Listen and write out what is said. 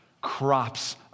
crops